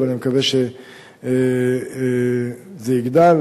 אבל אני מקווה שזה יגדל.